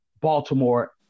Baltimore